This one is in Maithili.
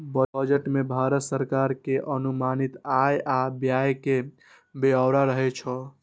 बजट मे भारत सरकार के अनुमानित आय आ व्यय के ब्यौरा रहै छै